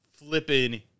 flipping